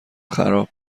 خراب